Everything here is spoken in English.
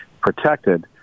protected